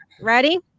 ready